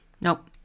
nope